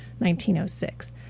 1906